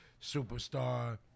superstar